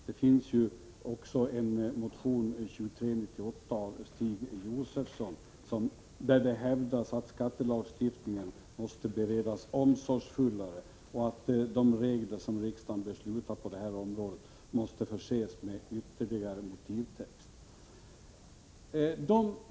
Dessutom hävdas i motion 2398 av Stig Josefson m.fl. att skattelagstiftningen måste beredas omsorgsfullare och att de regler som riksdagen beslutar på det här området måste förses med utförligare motivtext.